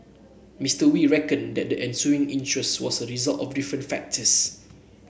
Mister Wee reckoned that the ensuing interest was a result of different factors